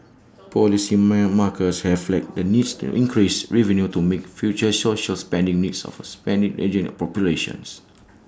policymakers have flagged the need to increase revenue to meet future social spending needs of A spending ageing population